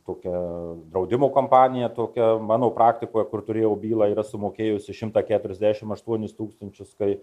tokia draudimo kompanija tokia mano praktikoje kur turėjau bylą yra sumokėjusi šimtą keturiasdešimt aštuonis tūkstančius kai